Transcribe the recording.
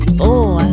four